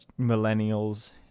millennials